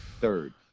third